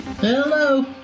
Hello